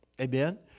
amen